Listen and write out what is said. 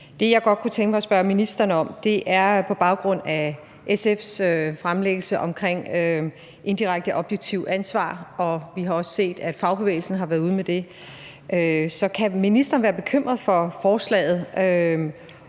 Det, jeg godt kunne tænke mig at spørge ministeren om, er, om ministeren på baggrund af SF's fremlæggelse omkring indirekte objektivt ansvar – og vi har også set, at fagbevægelsen har været ude med det – kan være bekymret for forslaget,